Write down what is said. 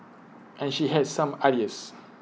and she has some ideas